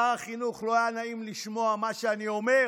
שר החינוך, לא היה נעים לשמוע מה שאני אומר,